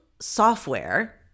software